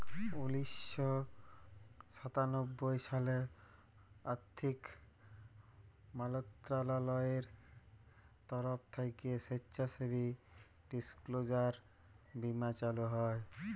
উনিশ শ সাতানব্বই সালে আথ্থিক মলত্রলালয়ের তরফ থ্যাইকে স্বেচ্ছাসেবী ডিসক্লোজার বীমা চালু হয়